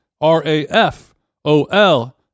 R-A-F-O-L